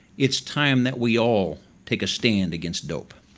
it's time that we all take a stand against dope.